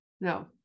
No